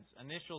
Initial